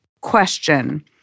question